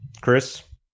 Chris